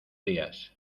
días